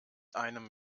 einem